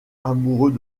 amoureux